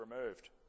removed